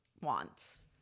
wants